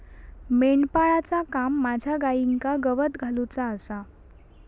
मेंढपाळाचा काम माझ्या गाईंका गवत घालुचा आसा